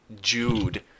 Jude